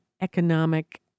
economic